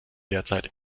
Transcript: derzeit